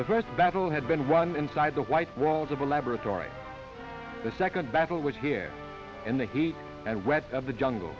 first battle had been won inside the white walls of a laboratory the second battle was here in the heat and wet of the jungle